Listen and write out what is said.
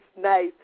nice